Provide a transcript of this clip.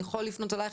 יכול לפנות אלייך,